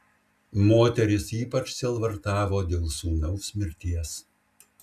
moteris ypač sielvartavo dėl sūnaus mirties